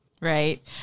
right